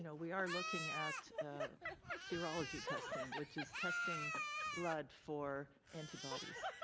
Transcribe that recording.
you know we are looking at serology testing, which is testing blood for antibodies.